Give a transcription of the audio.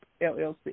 LLC